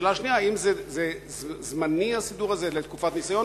השאלה השנייה: האם הסידור הזה זמני לתקופת ניסיון,